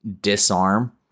disarm